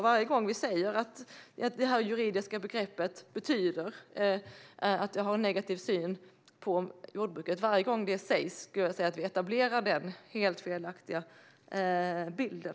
Varje gång som det juridiska begreppet uttalas innebär det att man har negativ syn på jordbruket, och då etablerar vi den helt felaktiga bilden.